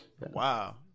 Wow